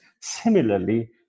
Similarly